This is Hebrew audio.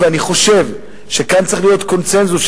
אני חושב שכאן צריך להיות קונסנזוס,